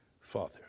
father